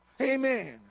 amen